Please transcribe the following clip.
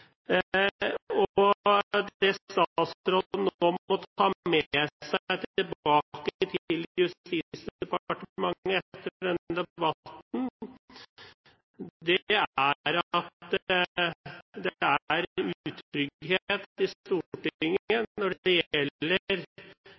Det statsråden nå må ta med seg tilbake til Justisdepartementet etter denne debatten, er at det er